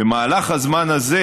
במהלך הזמן הזה,